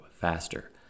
faster